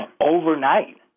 overnight